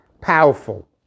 powerful